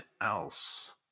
else